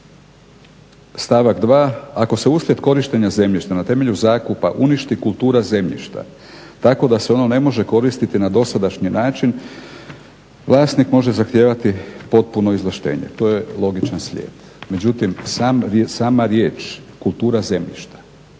stavak 2., ako se uslijed korištenja zemljišta na temelju zakupa uništi kultura zemljišta tako da se ono ne može koristiti na dosadašnji način, vlasnik može zahtijevati potpuno izvlaštenje. To je logičan slijed, međutim sama riječ kultura zemljišta.